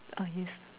ah yes